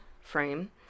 frame